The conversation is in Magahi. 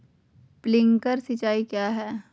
प्रिंक्लर सिंचाई क्या है?